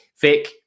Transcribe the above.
Vic